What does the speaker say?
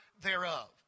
thereof